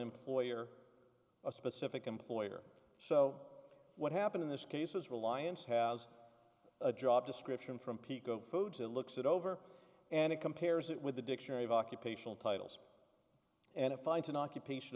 employer a specific employer so what happened in this case is reliance has a job description from pico foods it looks it over and it compares it with a dictionary of occupational titles and it finds an occupation